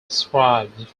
describes